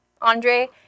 Andre